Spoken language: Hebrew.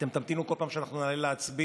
אתם תמתינו כל פעם שאנחנו נעלה להצביע.